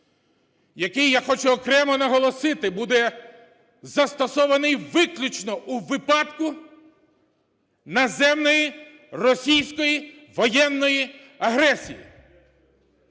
який, я хочу окремо наголосити, буде застосований виключно у випадку наземної російської воєнної агресії.